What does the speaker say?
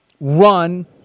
run